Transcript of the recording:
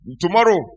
Tomorrow